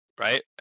right